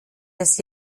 des